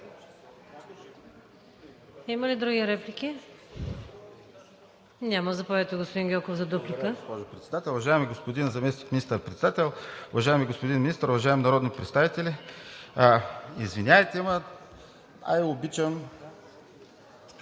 Има ли други реплики? Няма. Заповядайте, господин Гьоков, за дуплика.